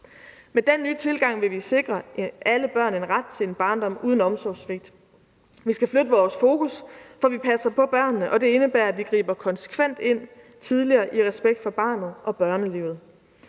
Med den nye tilgang vil vi sikre alle børn en ret til en barndom uden omsorgssvigt. Vi skal flytte vores fokus, så vi passer på børnene, og det indebærer, at vi griber konsekvent ind tidligere i respekt for barnet og børnelivet.